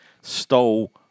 stole